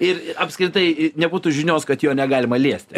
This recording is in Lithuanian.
ir apskritai nebūtų žinios kad jo negalima liesti